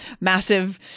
massive